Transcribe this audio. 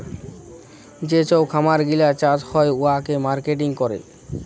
যে ছব খাবার গিলা চাষ হ্যয় উয়াকে মার্কেটিং ক্যরে